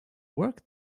work